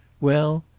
well,